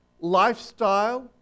lifestyle